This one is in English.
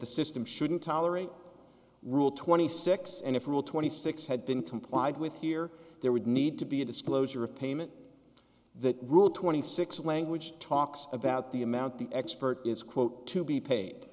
the system shouldn't tolerate rule twenty six and if rule twenty six had been complied with here there would need to be a disclosure of payment the rule twenty six language talks about the amount the expert is quote to be paid